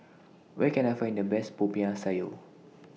Where Can I Find The Best Popiah Sayur